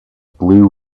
blue